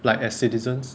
like as citizens